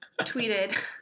tweeted